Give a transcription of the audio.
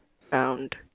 found